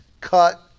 cut